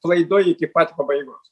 klaidoj iki pat pabaigos